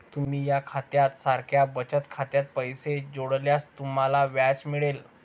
तुम्ही या खात्या सारख्या बचत खात्यात पैसे जोडल्यास तुम्हाला व्याज मिळेल